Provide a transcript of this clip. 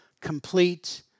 complete